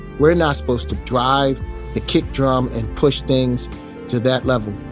we're not supposed to drive the kick drum and push things to that level.